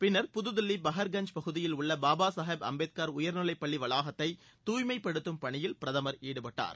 பின்னர் புதுதில்லி பஹர்கஞ்ச் பகுதியில் உள்ள பாபா சாஹெப் அம்பேத்கர் உயர்நிலைப் பள்ளி வளாகத்தை தூய்மைப்படுத்தும் பணியில் பிரதமர் ஈடுபட்டார்